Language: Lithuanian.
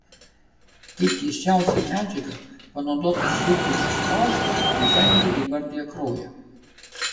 kaip keisčiausią medžiagą panaudotą šriftui atspausti dizaineriai įvardija kraują